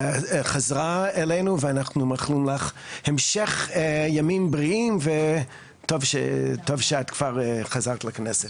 חזרה אלינו ואנחנו מאחלים לך המשך ימים בריאים וטוב שאת כבר חזרת לכנסת.